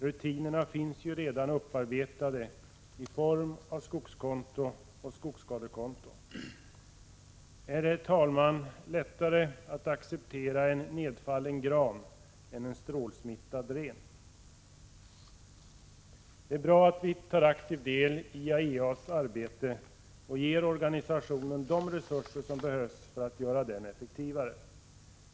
Rutinerna finns ju redan upparbetade i form av skogskonto och skogsskadekonto. Är det, herr talman, lättare att acceptera en nedfallen gran än en strålsmittad ren? Det är bra att vi tar aktiv del i IAEA:s arbete och ger organisationen de resurser som behövs för att göra den effektivare.